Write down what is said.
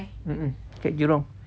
mmhmm dekat jurong